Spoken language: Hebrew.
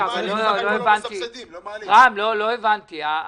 לא הבנתי.